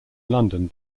london